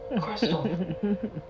Crystal